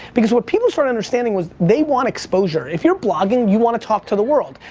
because what people started understanding was they want exposure. if you're blogging you wanna talk to the world.